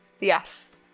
Yes